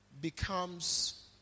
becomes